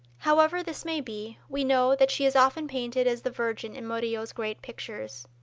however this may be, we know that she is often painted as the virgin in murillo's great pictures.